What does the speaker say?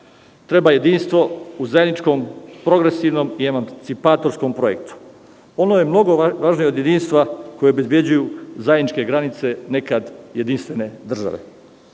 treba jedinstvo u zajedničkom progresivnom i emancipatorskom projektu. Ono je mnogo važnije od jedinstva koji obezbeđuje zajedničke granice nekad jedinstvene države.